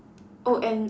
oh and